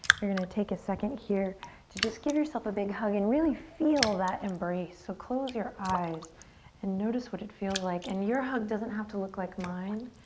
you're going to take a second here to just give yourself a big hug and really feel that embrace. so close your eyes and notice what it feels like. and your hug doesn't have to look like mine.